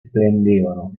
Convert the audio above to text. splendevano